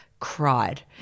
cried